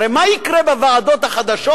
הרי מה יקרה בוועדות החדשות,